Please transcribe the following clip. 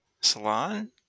salon